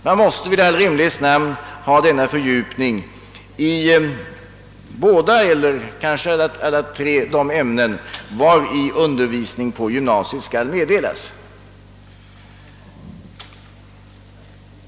Man måste väl i all rimlighets namn ha denna fördjupning i de båda eller kanske i alla de tre ämnen vari undervisning på gymnasiet skall meddelas.